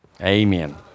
Amen